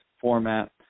format